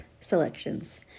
selections